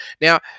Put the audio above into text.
Now